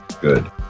Good